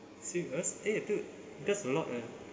serious eh dude that's a lot leh